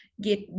get